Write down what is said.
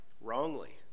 wrongly